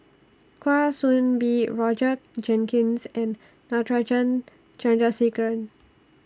Kwa Soon Bee Roger Jenkins and Natarajan Chandrasekaran